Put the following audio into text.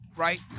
Right